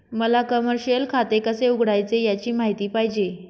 मला कमर्शिअल खाते कसे उघडायचे याची माहिती पाहिजे